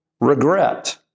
regret